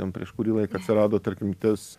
ten prieš kurį laiką atsirado tarkim tas